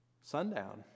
sundown